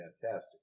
fantastic